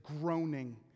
groaning